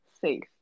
safe